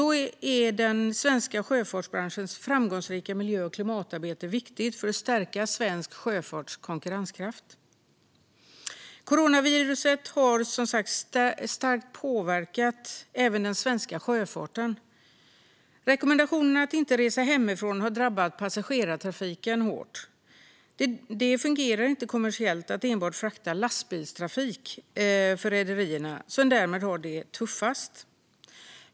Då är den svenska sjöfartsbranschens framgångsrika miljö och klimatarbete viktigt för att stärka svensk sjöfarts konkurrenskraft. Coronaviruset har som sagt starkt påverkat även den svenska sjöfarten. Rekommendationerna att inte resa hemifrån har drabbat passagerartrafiken hårt. Det fungerar inte kommersiellt att enbart frakta lastbilstrafik för rederierna, som därmed har det tuffast.